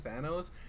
Thanos